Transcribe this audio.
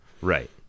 Right